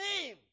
name